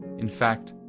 in fact,